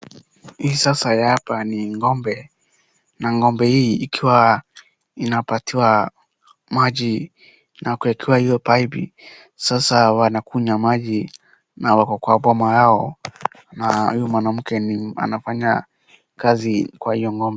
Hii sasa ya hapa ni ng'ombe na ng'ombe hii ikiwa inapatiwa maji na kuwekewa hiyo paipu sasa wanakunywa maji na wako kwa boma yao na huyu mwanamke anafanya kazi kwa hiyo ng'ombe.